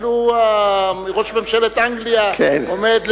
אפילו ראש ממשלת אנגליה עומד.